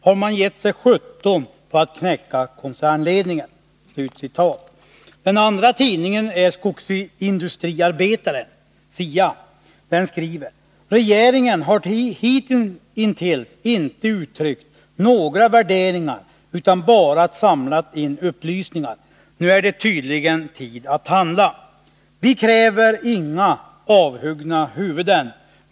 Har man gett sig sjutton på att knäcka koncernledningen?” Den andra tidningen är Skogsindustriarbetaren . Den skriver: ”Regeringen har hitintills inte uttryckt några värderingar utan bara samlat in upplysningar. Nu är det tydligen tid att handla. Vi kräver inga avhuggna huvuden.